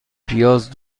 پیاز